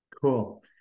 Cool